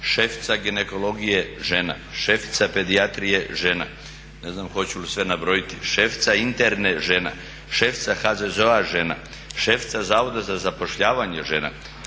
šefica ginekologije žena, šefica pedijatrije žena, ne znam hoću li sve nabrojiti, šefica interne žena, šefica HZZO-a žena, šefica Zavoda za zapošljavanje žena,